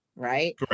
right